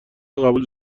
قبولش